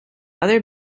other